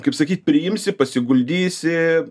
kaip sakyt priimsi pasiguldysi